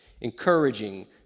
encouraging